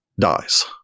dies